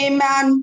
Amen